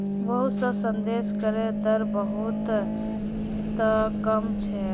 बहुत स देशत करेर दर बहु त कम छेक